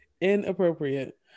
inappropriate